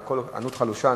אלא קול ענות חלושה.